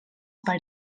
per